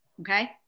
Okay